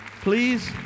Please